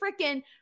freaking